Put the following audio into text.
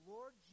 Lord